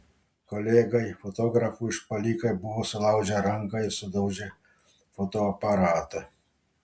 kolegai fotografui užpuolikai buvo sulaužę ranką ir sudaužę fotoaparatą